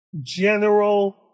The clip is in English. General